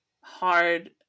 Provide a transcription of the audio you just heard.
hard